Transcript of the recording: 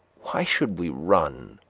why should we run?